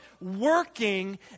working